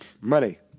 Money